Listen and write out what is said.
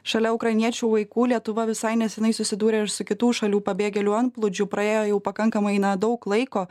šalia ukrainiečių vaikų lietuva visai nesenai susidūrė ir su kitų šalių pabėgėlių antplūdžiu praėjo jau pakankamai na daug laiko